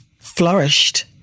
flourished